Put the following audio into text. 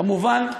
כמובן,